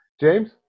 James